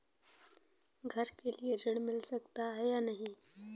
घर के लिए ऋण मिल सकता है या नहीं?